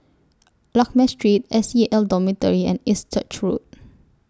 Lakme Street S C A L Dormitory and East Church Road